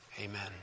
Amen